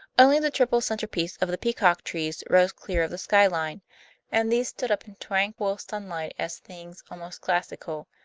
only the triple centerpiece of the peacock trees rose clear of the sky line and these stood up in tranquil sunlight as things almost classical,